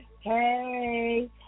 Hey